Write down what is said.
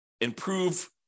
improve